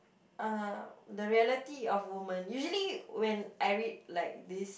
uh the reality of women usually when I read like this